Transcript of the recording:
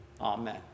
Amen